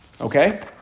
Okay